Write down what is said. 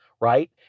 right